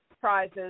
prizes